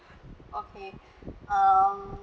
okay um